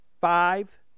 five